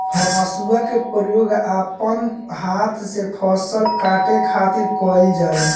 हसुआ के प्रयोग अपना हाथ से फसल के काटे खातिर कईल जाला